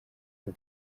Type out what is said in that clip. and